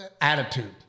attitude